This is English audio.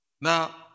Now